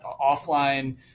offline